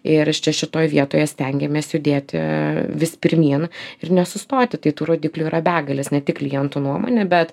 ir aš čia šitoj vietoje stengiamės judėti vis pirmyn ir nesustoti tai tų rodiklių yra begalės ne tik klientų nuomonė bet